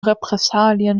repressalien